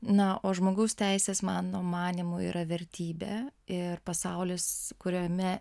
na o žmogaus teisės mano manymu yra vertybė ir pasaulis kuriame